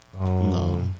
No